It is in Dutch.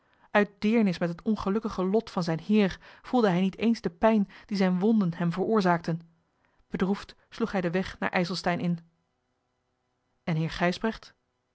uit deernis met het ongelukkige lof van zijn heer voelde hij niet eens de pijn die zijne wonden hem veroorzaakten bedroefd sloeg hij den weg naar ijselstein in en heer